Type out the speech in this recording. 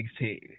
16